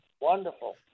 Wonderful